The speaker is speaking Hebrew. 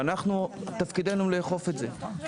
ואנחנו, תפקידנו לאכוף את זה.